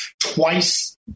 Twice